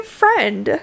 friend